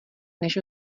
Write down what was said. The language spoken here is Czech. než